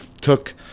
took